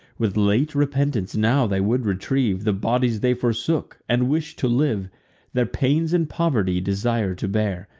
with late repentance now they would retrieve the bodies they forsook, and wish to live their pains and poverty desire to bear,